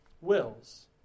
wills